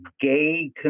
gay